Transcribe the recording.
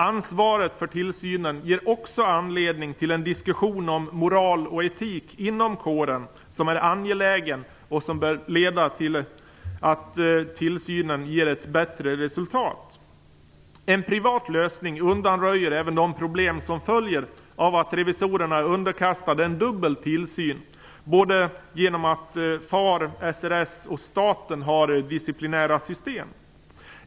Ansvaret för tillsynen ger också anledning till en diskussion om moral och etik inom kåren som är angelägen och som bör leda till att tillsynen ger ett bättre resultat. En privat lösning undanröjer även de problem som följer av att revisorerna är underkastade en dubbel tillsyn genom att både FAR samt SRS och staten har disciplinära system.